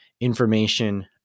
information